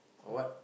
or what